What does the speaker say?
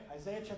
Isaiah